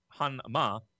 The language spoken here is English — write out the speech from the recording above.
Hanma